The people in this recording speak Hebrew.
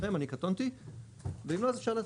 אם לא, אז אפשר להתחיל.